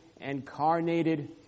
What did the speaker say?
incarnated